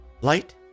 light